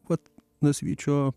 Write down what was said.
vat nasvyčio